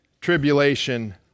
tribulation